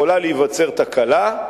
יכולה להיווצר תקלה.